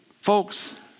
folks